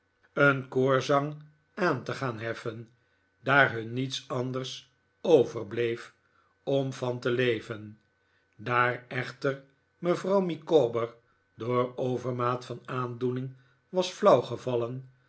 een koorzang aan te gaan heffen daar hun niets anders overbleef om van te leven daar echter mevrouw micawber door overmaat van aandoening was